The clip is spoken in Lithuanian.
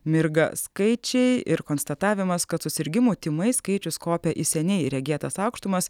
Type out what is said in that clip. mirga skaičiai ir konstatavimas kad susirgimų tymais skaičius kopia į seniai regėtas aukštumas